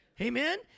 Amen